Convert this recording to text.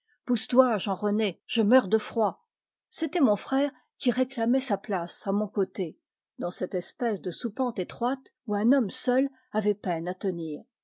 pousse toi jean rené je meurs de froid c'était mon frère qui réclamait sa place à mon côté dans cette espèce de soupente étroite où un homme seul avait peine à tenir